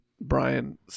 Brian